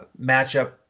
matchup